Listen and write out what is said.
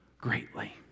greatly